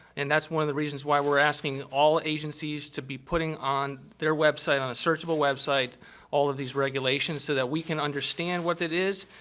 and that's one of the reasons why we're asking all agencies to be putting on their website on a searchable website all of these regulations, so that we can understand what it is,